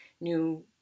new